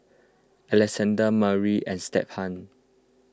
Alexandra Murry and Stephan